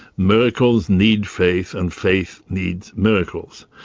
miracles need faith, and faith needs miracles.